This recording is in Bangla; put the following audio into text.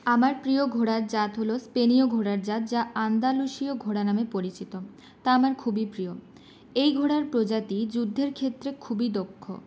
আমার প্রিয় ঘোড়ার জাত হল স্পেনীয় ঘোড়ার জাত যা আন্দালুশীয় ঘোড়া নামে পরিচিত তা আমার খুবই প্রিয় এই ঘোড়ার প্রজাতি যুদ্ধের ক্ষেত্রে খুবই দক্ষ